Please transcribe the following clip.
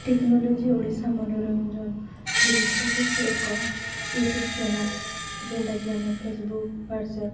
technology Odisha ମନୋରଞ୍ଜନ ଦୃଶ୍ୟ ହେଉଛି ଏକ ୟୁଟ୍ୟୁବ୍ ଚ୍ୟାନେଲ୍ ଯେନ୍ଟାକି ଆମେ ଫେସବୁକ୍ ହ୍ଵାଟ୍ସଆପ୍